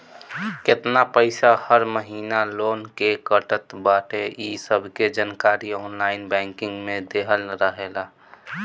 केतना पईसा हर महिना लोन के कटत बाटे इ सबके जानकारी ऑनलाइन बैंकिंग में देहल रहेला